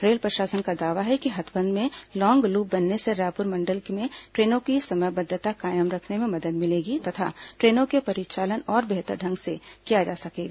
rail प्रशासन का दावा है कि हथबंध में लॉन्ग लूप बनने से रायपुर मंडल में ट्रेनों की समयबद्वता कायम रखने में मदद मिलेगी तथा ट्रेनों का परिचालन और बेहतर ढंग से किया जा सकेगा